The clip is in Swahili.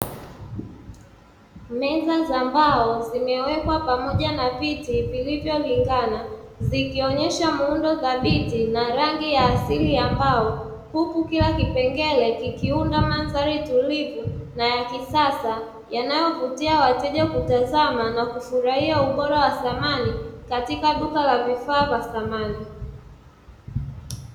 Meza za mbao zimewekwa pamoja na viti vilivyolingana zikionyesha muundo thabiti na rangi ya asili ambao huku kila kipengele, kikiunda mandhari tulivu na ya kisasa yanayovutia wateja kutazama na kufurahia ubora wa samani katika duka la vifaa vya samani.